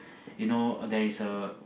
you know there is a